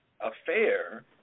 affair